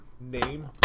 name